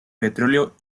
petróleo